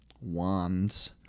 wands